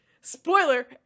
spoiler